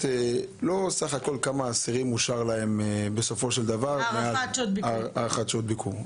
לכמה אסירים אושרה הארכת שעות ביקור.